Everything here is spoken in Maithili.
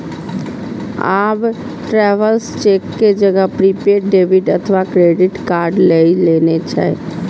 आब ट्रैवलर्स चेक के जगह प्रीपेड डेबिट अथवा क्रेडिट कार्ड लए लेने छै